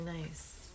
nice